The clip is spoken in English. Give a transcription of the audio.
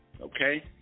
okay